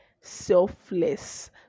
selfless